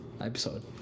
episode